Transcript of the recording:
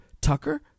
Tucker